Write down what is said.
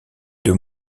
deux